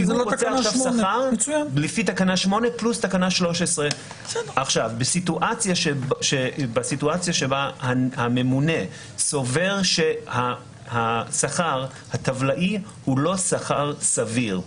כי זו לא תקנה 8. הוא רוצה שכר לפי תקנה 8 פלוס תקנה 13. בסיטואציה שבה הממונה סובר שהשכר הטבלאי הוא לא שכר סביר,